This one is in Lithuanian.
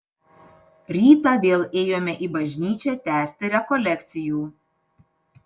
rytą vėl ėjome į bažnyčią tęsti rekolekcijų